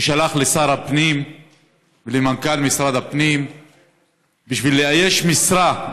ששלח לשר הפנים ולמנכ"ל משרד הפנים בשביל לאייש משרה,